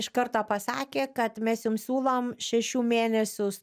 iš karto pasakė kad mes jum siūlom šešių mėnesių